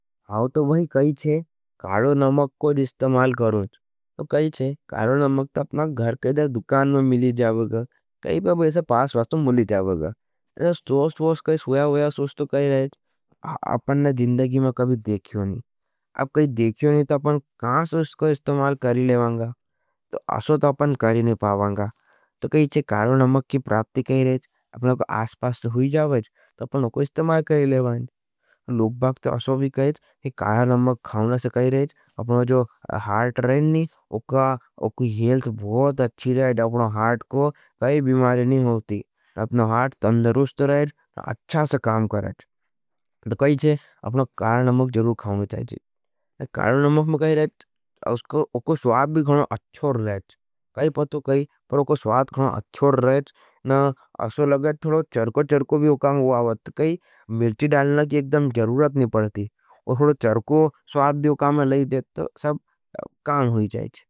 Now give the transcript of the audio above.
आओ तो भाई कही छे, कालो नमक कोईज इस्तमाल करूँज। तो कही छे, कालो नमक ता अपना घर कईदा दुकान में मिली जावगा। कैपे बैसे पास वास्तुं मिली जावगा। तो सोस, सोस, काई स्वयावया सोस तो कही रहें। आपना जिन्दगी में कभी देखियों नहीं। आप कही देखियों नहीं, तो अपना कास उसको इस्तमाल करी लेवाँगा। तो असो ता अपना करी नहीं पावांगा। तो कही छे, कालो नमक की प्राप्ति कही रहें। अपना अस्पास से हुई जावएँ, तो अपना उसको इस्तमाल करी लेवाँगा। लोगबाखत असो भी कही रहें, कालो नमक खाओने से कही रहें। अपना हार्ट रहें नहीं, उका एल्थ बहुत अच्छी रहें। अपना हार्ट को काई बिमारे नहीं होती। अपना हार्ट तन्दरूस रहें अच्छा से काम करें। अपना कालो नमक ज़रूर खाओने चाहें। कालो नमक में कही रहें, उको स्वाद भी अच्छोड रहें। काई पतू कही पर उको स्वाद खाओने अच्छोड रहें। न असो लगे थोड़ो चर्को चर्को भी उकाम हुआ वत कही। मिर्ची डालना की एकदम ज़रूरत नहीं पड़ती। और थोड़ो चर्को स्वाद भी उकाम लई देत तो सब काम हुई चाहें।